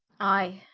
i,